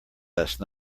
last